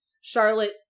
Charlotte